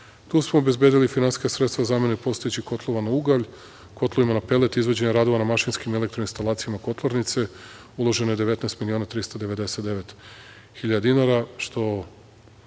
smo obezbedili finansijska sredstava zamene postojećih kotlova na ugalj, kotlovima na pelet, izvođenje radova na mašinskih elektro-instalacijama kotlarnice, uloženo je 19 miliona 399 hiljade dinara,